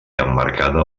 emmarcada